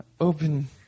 open